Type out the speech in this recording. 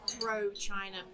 pro-China